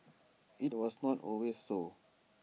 IT was not always so